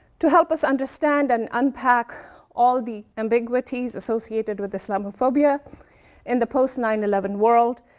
to help us understand and unpack all the ambiguities associated with islamophobia in the post nine eleven world,